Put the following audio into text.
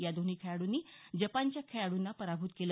या दोन्ही खेळांडूनी जपानच्या खेळांडून पराभूत केलं